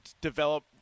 develop